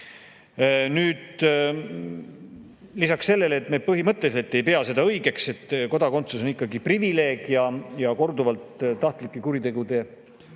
Lisaks sellele, et me põhimõtteliselt ei pea seda õigeks, on kodakondsus ikkagi privileeg. Korduvalt tahtlikke kuritegusid